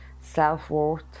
self-worth